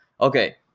Okay